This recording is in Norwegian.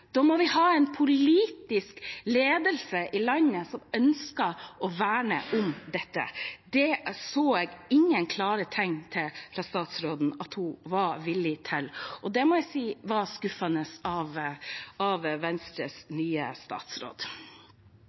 Da må vi ha en politisk ledelse i landet som ønsker å verne om dette. Det så jeg ingen klare tegn til fra statsrådens side at hun var villig til. Det må jeg si var skuffende av Venstres nye statsråd.